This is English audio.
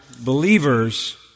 believers